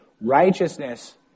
righteousness